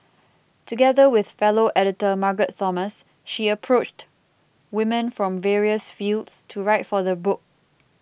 together with fellow editor Margaret Thomas she approached women from various fields to write for the book